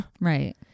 Right